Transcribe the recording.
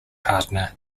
partner